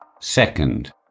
Second